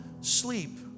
sleep